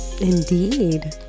Indeed